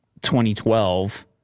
2012